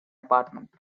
apartment